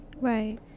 right